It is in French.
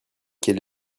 quel